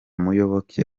muyoboke